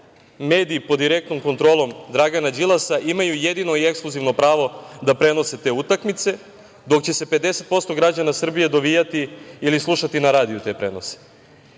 mediji pod direktnom kontrolom Dragana Đilasa imaju jedini i ekskluzivno pravo da prenose te utakmice, dok će se 50% građana dovijati ili slušati na radiju te prenose.